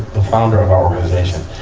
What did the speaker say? the founder of our organization.